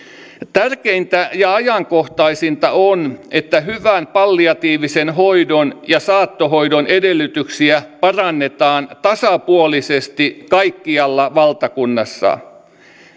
tärkeintä ja ajankohtaisinta on että hyvän palliatiivisen hoidon ja saattohoidon edellytyksiä parannetaan tasapuolisesti kaikkialla valtakunnassa